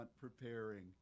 preparing